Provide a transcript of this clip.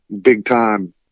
big-time